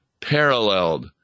paralleled